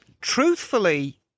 truthfully